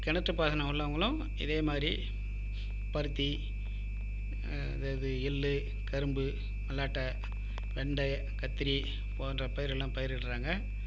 கிணற்றுப் பாசனம் உள்ளவங்களும் இதே மாரி பருத்தி எள்ளு கரும்பு மல்லாட்டை வெண்டை கத்தரி போன்ற பயிரெல்லாம் பயிரிடுறாங்க